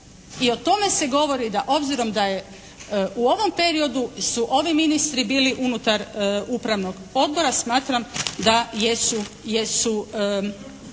i o tome se govori da obzirom da je u ovom periodu su ovi ministri bili unutar upravnog odbora, smatram da jesu